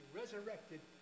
resurrected